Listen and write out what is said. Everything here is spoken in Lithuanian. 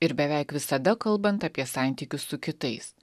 ir beveik visada kalbant apie santykius su kitais